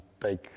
take